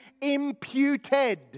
imputed